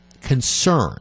concern